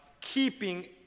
keeping